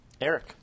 Eric